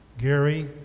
Gary